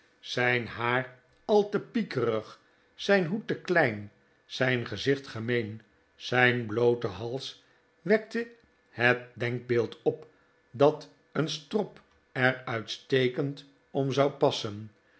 zijn haar al te piekerig zijn hoed te klein zijn gezicht gemeen zijn bloote hals wekte het denkbeeld op dat een strop er uitstekend om zou passen